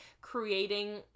creating